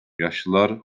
yaşlılar